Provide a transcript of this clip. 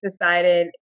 decided